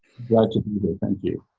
well thank you!